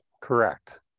Correct